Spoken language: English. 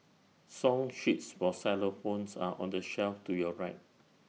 song sheets for xylophones are on the shelf to your right